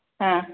आम्